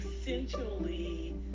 essentially